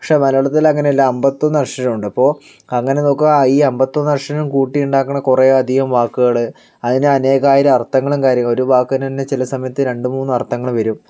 പക്ഷേ മലയാളത്തിൽ അങ്ങനെ അല്ല അൻപത്തി ഒന്ന് അക്ഷരം ഉണ്ട് അപ്പോൾ അങ്ങനെ നോക്കു ഈ ആൻപത്തിഒന്ന് അക്ഷരം കൂട്ടി ഉണ്ടാക്കുന്ന കുറെയധികം വാക്കുകൾ അതിന് അനേകായിരം അർത്ഥങ്ങളും കാര്യങ്ങൾ ഒരു വാക്കിന് തന്നെ ചില സമയത്ത് രണ്ടുമൂന്ന് അർത്ഥങ്ങൾ വരും